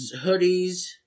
hoodies